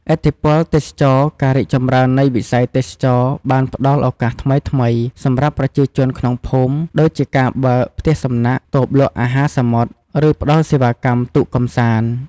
ឥទ្ធិពលទេសចរណ៍ ការរីកចម្រើននៃវិស័យទេសចរណ៍បានផ្តល់ ឱកាសថ្មីៗ សម្រាប់ប្រជាជនក្នុងភូមិ ដូចជាការបើក ផ្ទះសំណាក់ តូបលក់អាហារសមុទ្រ ឬផ្តល់សេវាកម្ម ទូកកម្សាន្ត។